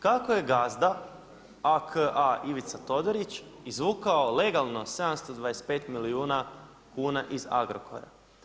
Kako je gazda, A.K.A Ivica Todorić izvukao legalno 725 milijuna kuna iz Agrokora.